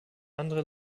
andere